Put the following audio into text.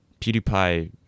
PewDiePie